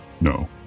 No